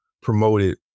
promoted